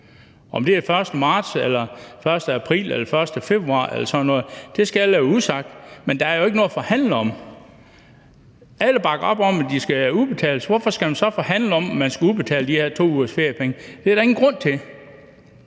marts eller den 1. april eller sådan noget, skal jeg lade være usagt, men der er jo ikke noget at forhandle om. Alle bakker op om, at de skal udbetales. Hvorfor skal man så forhandle om, om man skal udbetale de her 2 ugers feriepenge? Det er der ingen grund til.